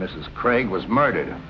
mrs craig was murder